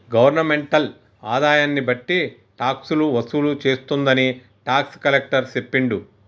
governmental ఆదాయన్ని బట్టి టాక్సులు వసూలు చేస్తుందని టాక్స్ కలెక్టర్ సెప్పిండు